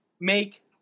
make